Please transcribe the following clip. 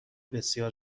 بسیار